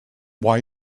why